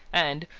and,